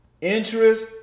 interest